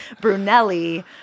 Brunelli